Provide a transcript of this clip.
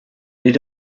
read